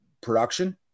production